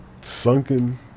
Sunken